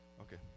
Okay